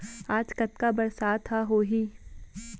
आज कतका बरसात ह होही?